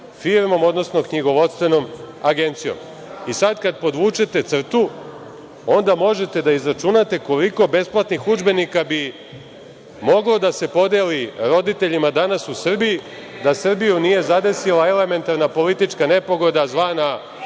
firmom, odnosno, knjigovodstvenom agencijom. Sad, kada podvučete crtu, onda možete da izračunate koliko bi besplatnih udžbenika moglo da se podeli roditeljima danas u Srbiji, da Srbiju nije zadesila elementarna, politička nepogoda, zvana